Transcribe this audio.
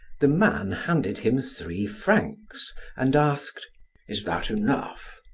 the man handed him three francs and asked is that enough?